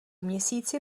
měsíci